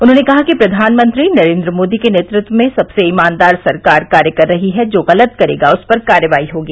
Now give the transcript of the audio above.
उन्होंने कहा कि प्रधानमंत्री नरेंद्र मोदी के नेतत्व में सबसे ईमानदार सरकार कार्य कर रही है जो गलत करेगा उस पर कार्रवाई होगी